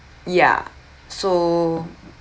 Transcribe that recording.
ya so